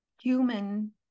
human